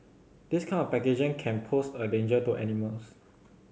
this kind of packaging can pose a danger to animals